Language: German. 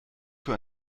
für